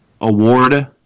award